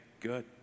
Good